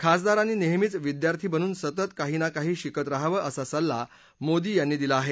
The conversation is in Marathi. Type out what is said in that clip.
खासदारांनी नेहमीच विद्यार्थी बनून सतत काही ना काही शिकत रहावं असा सल्ला मोदी यांनी दिला आहे